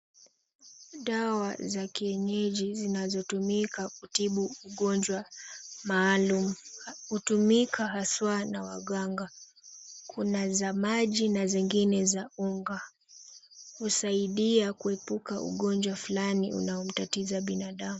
Dawa za kienyeji zinazotumika kutibu ugonjwa maalum. Hutumika haswa na waganga. Kuna za maji na zingine za unga. Husaidia kuepuka ugonjwa fulani unaomtatiza binadamu.